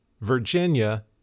Virginia